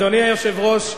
אדוני היושב-ראש,